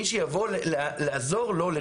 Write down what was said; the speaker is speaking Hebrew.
מי שיבוא "לעזור לו",